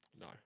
No